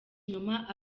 inyuma